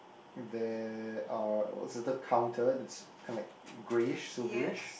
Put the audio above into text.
there are what's the the counter that's kinda like greyish silverish